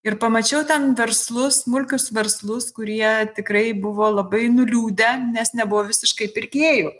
ir pamačiau ten verslus smulkius verslus kurie tikrai buvo labai nuliūdę nes nebuvo visiškai pirkėjų